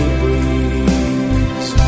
breeze